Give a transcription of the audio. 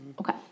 Okay